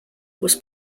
was